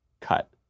cut